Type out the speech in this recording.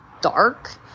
dark